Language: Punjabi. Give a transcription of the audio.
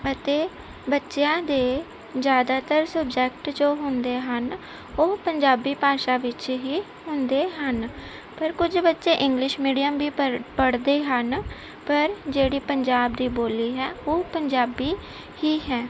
ਅਤੇ ਬੱਚਿਆਂ ਦੇ ਜ਼ਿਆਦਾਤਰ ਸਬਜੈਕਟ ਜੋ ਹੁੰਦੇ ਹਨ ਉਹ ਪੰਜਾਬੀ ਭਾਸ਼ਾ ਵਿੱਚ ਹੀ ਹੁੰਦੇ ਹਨ ਪਰ ਕੁਝ ਬੱਚੇ ਇੰਗਲਿਸ਼ ਮੀਡੀਅਮ ਵੀ ਪਰ ਪੜ੍ਹਦੇ ਹਨ ਪਰ ਜਿਹੜੀ ਪੰਜਾਬ ਦੀ ਬੋਲੀ ਹੈ ਉਹ ਪੰਜਾਬੀ ਹੀ ਹੈ